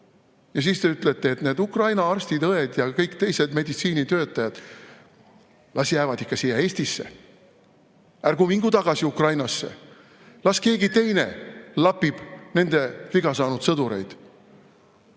Ja siis te ütlete, et need Ukraina arstid-õed ja teised meditsiinitöötajad las jäävad ikka siia Eestisse. Ärgu mingu tagasi Ukrainasse. Las keegi teine lapib nende viga saanud sõdureid. Ma